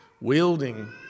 wielding